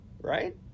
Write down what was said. right